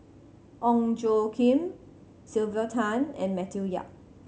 Ong Tjoe Kim Sylvia Tan and Matthew Yap